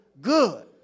good